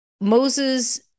Moses